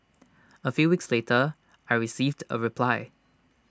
A few weeks later I received A reply